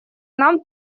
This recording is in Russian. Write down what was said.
нам